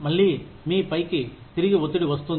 మళ్ళీ మీ పైకి తిరిగి ఒత్తిడి వస్తుంది